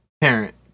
parent